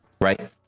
right